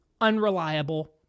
unreliable